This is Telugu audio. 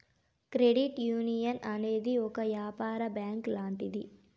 క్రెడిట్ యునియన్ అనేది ఒక యాపార బ్యాంక్ లాంటిది